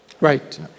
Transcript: Right